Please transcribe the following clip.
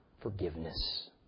forgiveness